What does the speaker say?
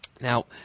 Now